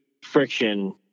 friction